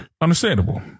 Understandable